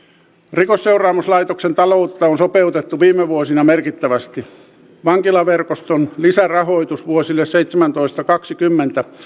rikosseuraamuslaitoksen taloutta on sopeutettu viime vuosina merkittävästi vankilaverkoston lisärahoitus vuosille seitsemäntoista viiva kaksikymmentä